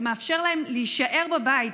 זה מאפשר להם להישאר בבית,